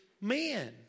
men